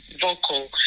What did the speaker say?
vocal